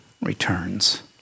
returns